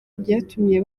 byatumye